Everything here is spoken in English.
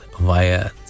via